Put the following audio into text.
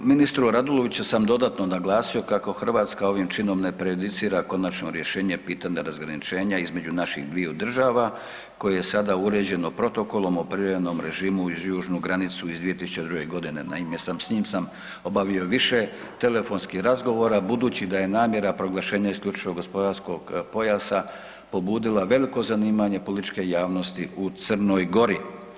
Ministru RAduloviću sam dodatno naglasio kako Hrvatska ovim činom ne prejudicira konačno rješenje pitanja razgraničenja između naših dviju država koje je sada uređeno protokolom o privremenom režimu uz južnu granicu iz 2002.g. Naime, s njim sam obavio više telefonskih razgovora budući da je namjera proglašenja IGP-a pobudila veliko zanimanje političke javnosti u Crnoj Gori.